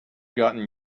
gotten